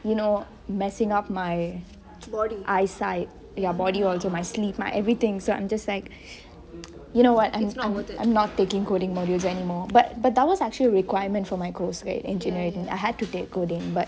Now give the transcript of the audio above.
you know messing up my eyesight ya body also my sleep my everything so I'm just like you know what I'm not taking coding modules anymore but but was actually requirement for my course right engineering and I had to take coding but